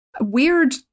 weird